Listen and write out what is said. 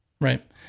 Right